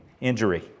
injury